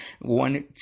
one